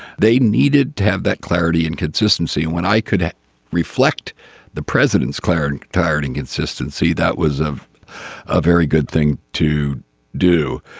they needed to have that clarity and consistency when i couldn't reflect the president's clarion tired and consistency. that was a ah very good thing to do.